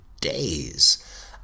days